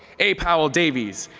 a. powell davies,